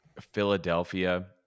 Philadelphia